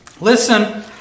Listen